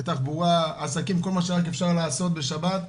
תחבורה, עסקים, כל מה שרק אפשר לעשות בשבת.